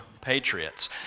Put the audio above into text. Patriots